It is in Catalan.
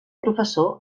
professor